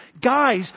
Guys